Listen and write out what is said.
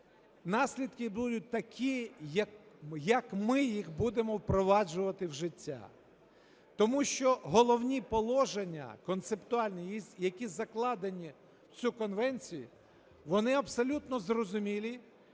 наслідки будуть які, як ми їх будемо впроваджувати в життя. Тому що головні положення, концептуальні, які закладені в цю конвенцію, вони абсолютно зрозумілі,